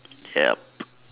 yup